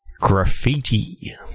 Graffiti